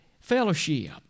Fellowship